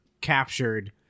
captured